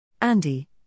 Andy